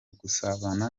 gusabana